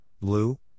blue